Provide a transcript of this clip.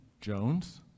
Jones